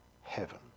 heaven